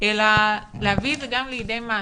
אלא להביא את זה לידי מעשים.